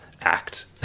act